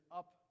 up